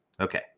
Okay